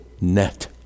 net